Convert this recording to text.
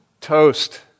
Toast